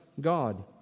God